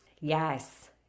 Yes